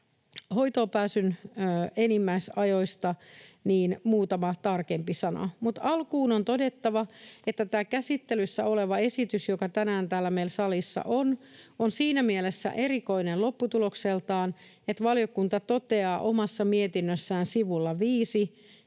hoitoonpääsyn enimmäisajoista muutama tarkempi sana, mutta alkuun on todettava, että tämä käsittelyssä oleva esitys, joka tänään täällä meillä salissa on, on siinä mielessä erikoinen lopputulokseltaan, että valiokunta toteaa omassa mietinnössään sivulla 5,